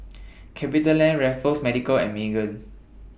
CapitaLand Raffles Medical and Megan